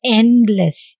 endless